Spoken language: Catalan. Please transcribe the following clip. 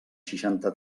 seixanta